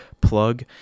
plug